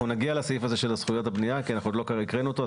אנחנו נגיע לסעיף הזה של זכויות הבנייה כי עוד לא הקראנו אותו,